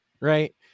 right